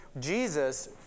Jesus